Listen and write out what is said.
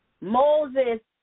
Moses